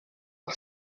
par